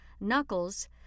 knuckles